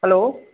hello